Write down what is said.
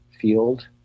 field